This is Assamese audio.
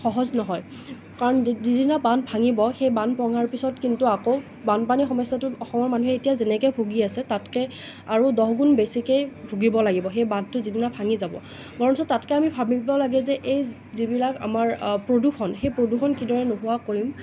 সহজ নহয় কাৰণ দি যিদিনা বান্ধ ভাঙিব সেই বান্ধ ভঙাৰ পিছত কিন্তু আকৌ বানপানীৰ সমস্যাটোত অসমৰ মানুহে এতিয়া যেনেকৈ ভুগি আছে তাতকৈ আৰু দহগুণ বেছিকেই ভুগিব লাগিব সেই বান্ধটো যিদিনা ভাঙি যাব বৰঞ্চ তাতকৈ আমি ভাবিব লাগে যে এই যিবিলাক আমাৰ প্ৰদূষণ সেই প্ৰদূষণ কিদৰে নোহোৱা কৰিম